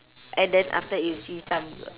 and then after you that you see some